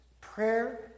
Prayer